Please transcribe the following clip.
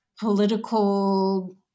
political